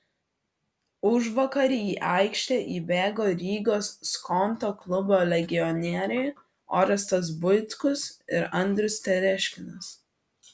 užvakar į aikštę įbėgo rygos skonto klubo legionieriai orestas buitkus ir andrius tereškinas